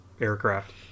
Aircraft